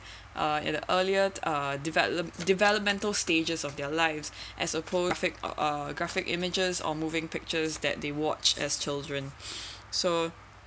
uh in an earlier uh developed developmental stages of their lives as a prolific uh graphic images or moving pictures that they watched as children so